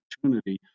opportunity